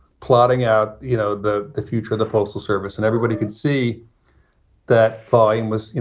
plotting out, you know, the the future of the postal service. and everybody can see that volume was, you